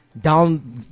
down